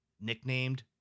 nicknamed